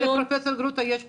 אולי לפרופ' גרוטו יש בשורות?